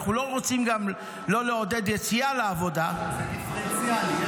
אנחנו לא רוצים גם שלא לעודד יציאה לעבודה --- זה דיפרנציאלי.